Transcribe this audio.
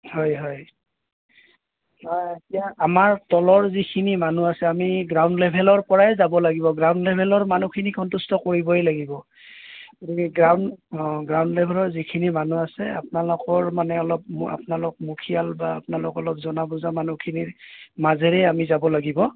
হয় হয় নাই এতিয়া আমাৰ তলৰ যিখিনি মানুহ আছে আমি গ্ৰাউণ্ড লেভেলৰ পৰাই যাব লাগিব গ্ৰাউণ্ড লেভেলৰ মানুহখিনিক সন্তোষ্ট কৰিবই লাগিব গতিকে গ্ৰাউণ্ড অঁ গ্ৰাউণ্ড লেভেলৰ যিখিনি মানুহ আছে আপোনালোকৰ মানে অলপ মই আপোনালোক মুখিয়াল বা আপোনালোক অলপ জনা বুজা মানুহখিনিৰ মাজেৰেই আমি যাব লাগিব